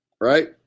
Right